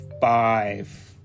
five